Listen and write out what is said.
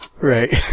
Right